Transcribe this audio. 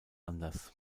anders